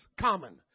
common